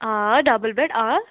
آ double bed آ